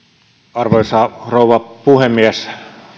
arvoisa rouva puhemies